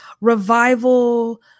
revival